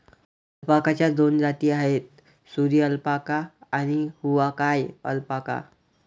अल्पाकाच्या दोन जाती आहेत, सुरी अल्पाका आणि हुआकाया अल्पाका